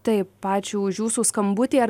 taip ačiū už jūsų skambutį ar